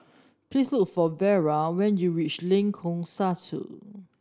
please look for Vera when you reach Lengkong Satu